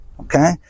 Okay